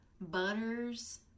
Butters